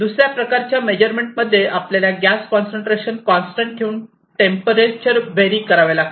दुसऱ्या प्रकारच्या मेजरमेंट मध्ये आपल्याला गॅस कॉन्सन्ट्रेशन कॉन्स्टंट ठेवून टेंपरेचर व्हेरी करावे लागते